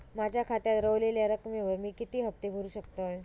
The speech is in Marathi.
माझ्या खात्यात रव्हलेल्या रकमेवर मी किती हफ्ते भरू शकतय?